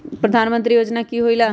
प्रधान मंत्री योजना कि होईला?